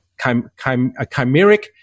chimeric